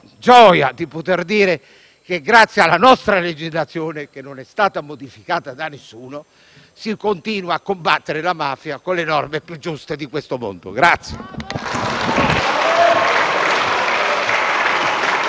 gioia di poter dire che grazie alla nostra legislazione, che non è stata modificata da nessuno, si continua a combattere la mafia con le norme più giuste di questo mondo.